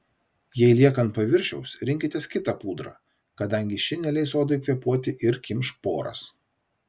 jei lieka ant paviršiaus rinkitės kitą pudrą kadangi ši neleis odai kvėpuoti ir kimš poras